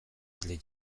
erdia